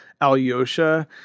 Alyosha